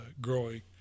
growing